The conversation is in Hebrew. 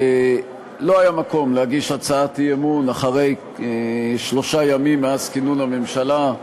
שלא היה מקום להגיש הצעת אי-אמון שלושה ימים לאחר כינון הממשלה,